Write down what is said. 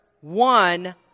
one